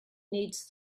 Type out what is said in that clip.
needs